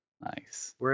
Nice